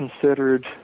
considered